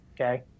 okay